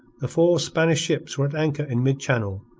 the four spanish ships were at anchor in mid-channel.